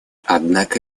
однако